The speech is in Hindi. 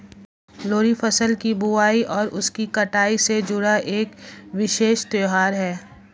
लोहड़ी फसल की बुआई और उसकी कटाई से जुड़ा एक विशेष त्यौहार है